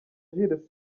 jules